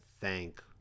thank